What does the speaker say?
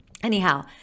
anyhow